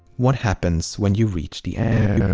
what happens when you reach the end?